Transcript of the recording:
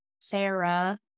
Sarah